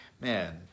man